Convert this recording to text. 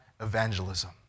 evangelism